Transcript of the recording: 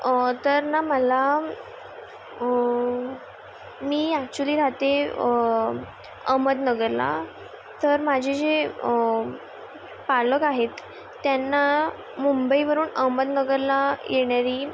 तर तर ना मला मी ॲक्च्युली राहते अहमदनगरला तर माझे जे पालक आहेत त्यांना मुंबईवरून अहमदनगरला येणारी